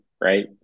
Right